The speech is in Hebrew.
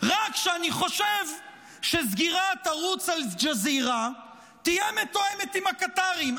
רק שאני חושב שסגירת ערוץ אל-ג'זירה תהיה מתואמת עם הקטרים.